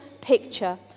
picture